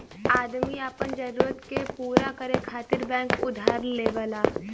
आदमी आपन जरूरत के पूरा करे खातिर बैंक उधार लेवला